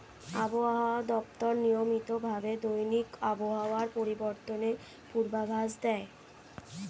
আবহাওয়া দপ্তর নিয়মিত ভাবে দৈনিক আবহাওয়া পরিবর্তনের পূর্বাভাস দেয়